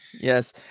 Yes